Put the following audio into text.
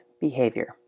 behavior